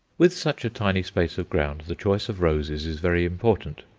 with such a tiny space of ground the choice of roses is very important.